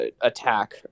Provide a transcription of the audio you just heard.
attack